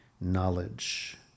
knowledge